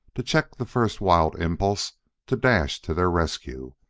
to check the first wild impulse to dash to their rescue,